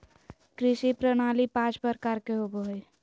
कृषि प्रणाली पाँच प्रकार के होबो हइ